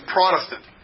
Protestant